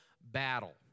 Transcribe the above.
battle